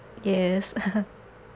yes